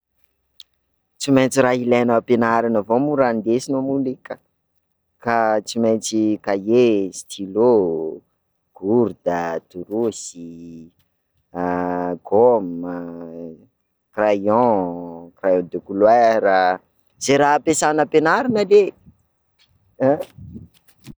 Tsy maintsy raha hilaina am-pianarana avao moa raha ndesina moa lie ka, ka tsy maintsy, kahie, stylo, gourde, trousse, gomme, crayon, crayon de couleur zay raha ampiasana am-pianarana ley an.